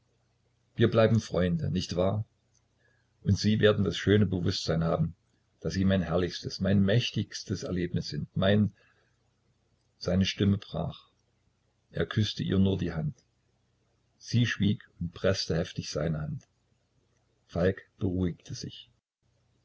wir bleiben freunde nicht wahr und sie werden das schöne bewußtsein haben daß sie mein herrlichstes mein mächtigstes erlebnis sind mein seine stimme brach er küßte ihr nur die hand sie schwieg und preßte heftig seine hand falk beruhigte sich